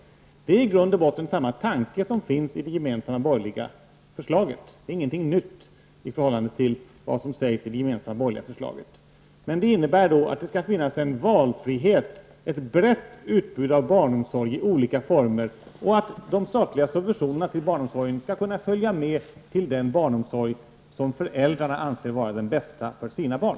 Det är i grund och botten samma tanke som finns i det gemensamma borgerliga förslaget -- det är ingenting nytt i förhållande till vad som sägs i det gemensamma borgerliga förslaget. Det innebär att det skall finnas en valfrihet, ett brett utbud av barnomsorg i olika former, och att de statliga subventionerna till barnomsorgen skall kunna följa med till den barnomsorg som föräldrarna anser vara den bästa för sina barn.